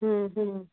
হুম হুম